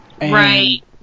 Right